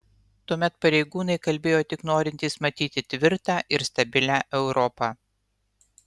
tuomet pareigūnai kalbėjo tik norintys matyti tvirtą ir stabilią europą